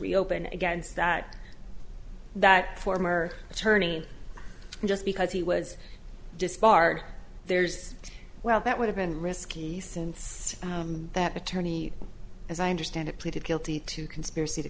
reopen against that that former attorney just because he was disbarred there's well that would have been risky since that attorney as i understand it pleaded guilty to conspiracy to